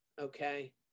Okay